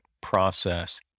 process